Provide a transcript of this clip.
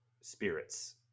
spirits